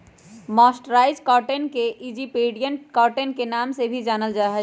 mercerised cotton के Egyptian cotton के नाम से भी जानल जा हई